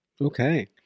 Okay